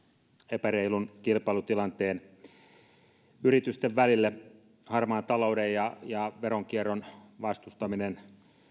epäreilun kilpailutilanteen yritysten välille harmaan talouden ja ja veronkierron vastustaminen